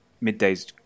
midday's